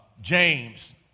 James